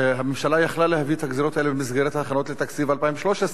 הממשלה יכלה להביא את הגזירות האלה במסגרת ההכרעות לגבי תקציב 2013,